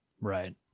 Right